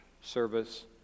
service